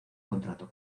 contrato